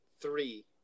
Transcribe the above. three